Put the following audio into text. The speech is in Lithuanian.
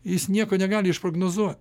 jis nieko negali išprognozuo